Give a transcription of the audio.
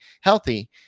healthy